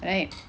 right